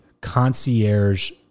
concierge